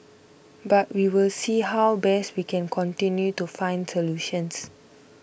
but we will see how best we can continue to find solutions